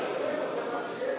מה עם הסמינרים?